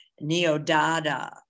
neo-dada